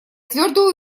твердо